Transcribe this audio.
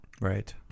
Right